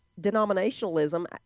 denominationalism